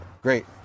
Great